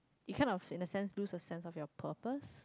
you kind of in a sense lose a sense of your purpose